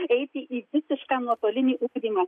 eiti į visišką nuotolinį ugdymą